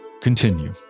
continue